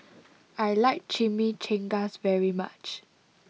I like Chimichangas very much